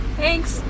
thanks